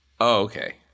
okay